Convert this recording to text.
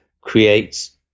creates